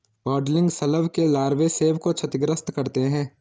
codling शलभ के लार्वे सेब को क्षतिग्रस्त करते है